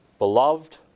Beloved